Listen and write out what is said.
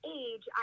age